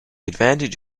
advantage